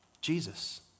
Jesus